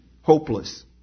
hopeless